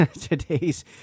today's